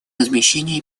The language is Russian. размещения